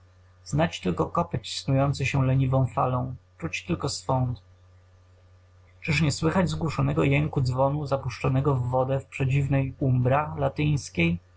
znać tylko kopeć snujący się leniwą falą czuć tylko swąd czyż nie słychać zgłuszonego jęku dzwonu zapuszczonego we wodę w przedziwnej umbra